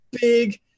big